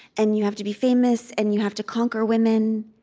and you have to be famous, and you have to conquer women,